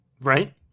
Right